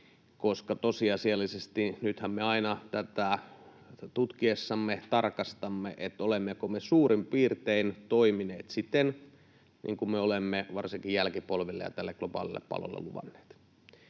Koska tosiasiallisesti nythän me aina tätä tutkiessamme tarkastamme, että olemmeko me suurin piirtein toimineet siten, niin kuin me olemme varsinkin jälkipolville ja tälle globaalille pallolle luvanneet.